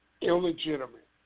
Illegitimate